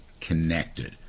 connected